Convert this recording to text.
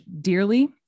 dearly